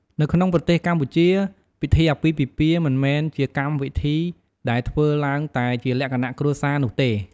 នៅក្នុងប្រទេសកម្ពុជា ពិធីអាពាហ៍ពិពាហ៍មិនមែនជាកម្មវិធីដែលធ្វើឡើងតែជាលក្ខណៈគ្រួសារនោះទេ។